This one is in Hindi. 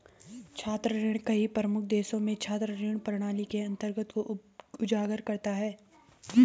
छात्र ऋण कई प्रमुख देशों में छात्र ऋण प्रणाली के अंतर को उजागर करता है